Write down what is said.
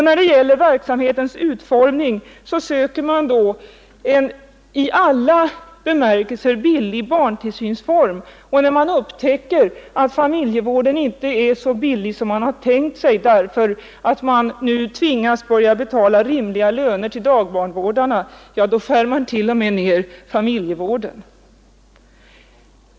När det gäller verksamhetens utformning söker man på borgerligt håll en i alla bemärkelser billig barntillsynsform, och när man då upptäcker att familjevården inte är så billig som man tänkt sig, därför att man nu tvingas börja betala rimliga löner till dagbarnvårdarna — ja, då skär man t.o.m. ner familjevården.